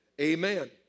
Amen